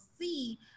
see